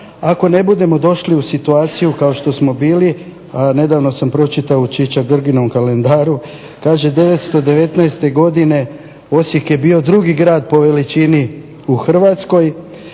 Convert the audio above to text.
ako ne budemo došli u situaciju kao što smo bili, a nedavno sam pročitao u Čiča Grginom kalendaru kaže 1919. godine Osijek je bio drugi grad po veličini u Hrvatskoj.